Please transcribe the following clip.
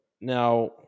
Now